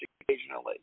occasionally